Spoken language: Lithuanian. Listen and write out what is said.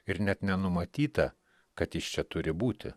ir net nenumatyta kad jis čia turi būti